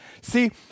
See